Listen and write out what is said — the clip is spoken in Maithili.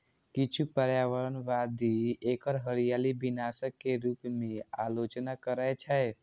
किछु पर्यावरणवादी एकर हरियाली विनाशक के रूप मे आलोचना करै छै